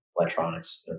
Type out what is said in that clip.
electronics